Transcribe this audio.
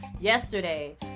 yesterday